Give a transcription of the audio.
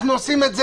אנחנו עושים את זה,